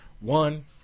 one